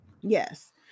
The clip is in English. Yes